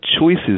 choices